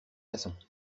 façons